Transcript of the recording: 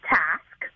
task